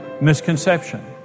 misconception